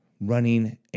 running